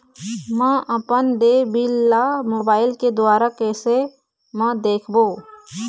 म अपन देय बिल ला मोबाइल के द्वारा कैसे म देखबो?